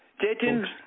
Jatin